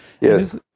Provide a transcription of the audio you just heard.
Yes